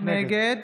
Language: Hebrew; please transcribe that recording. נגד